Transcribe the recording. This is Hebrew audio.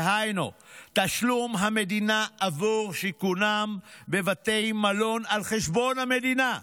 דהיינו תשלום המדינה עבור שיכונם בבתי מלון על חשבון המדינה,